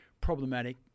problematic